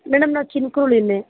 madam ನಾವು ಚಿನಕುರ್ಳಿನೇ